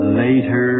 later